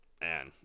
Man